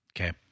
okay